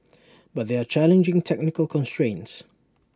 but there are challenging technical constrains